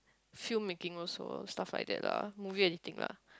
film making also stuff like that lah moving anything lah